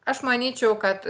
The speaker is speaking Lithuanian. aš manyčiau kad